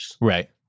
Right